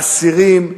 אסירים,